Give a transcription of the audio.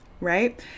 right